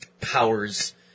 powers